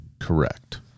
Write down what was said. correct